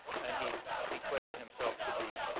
and he declared himself to be